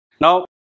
Now